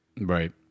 Right